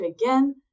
again